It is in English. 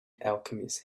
alchemist